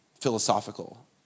philosophical